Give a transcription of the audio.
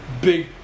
big